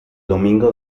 domingo